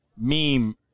meme